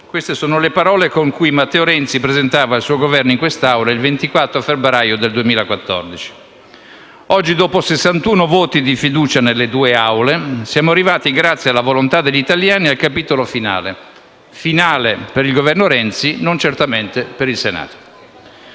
queste sono le parole con cui Matteo Renzi presentava il suo Governo in quest'Aula il 24 febbraio 2014. Oggi, dopo 61 voti di fiducia nelle due Assemblee, siamo arrivati, grazie alla volontà degli italiani, al capitolo finale: finale per il Governo Renzi, non certamente per il Senato.